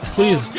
Please